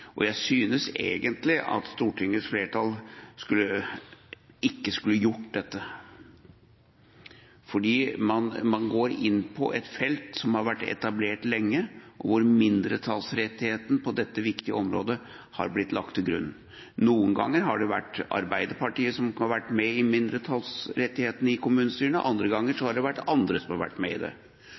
todagersvalg. Jeg synes egentlig at Stortingets flertall ikke skulle gjort dette. Man går inn på et felt som har vært etablert lenge, hvor mindretallsrettigheten på dette viktige området har blitt lagt til grunn. Noen ganger har det vært Arbeiderpartiet som har vært med i mindretallsrettigheten i kommunestyrene, og andre ganger har det vært andre som har vært med i